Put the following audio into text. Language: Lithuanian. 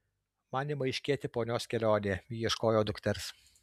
man ima aiškėti ponios kelionė ji ieškojo dukters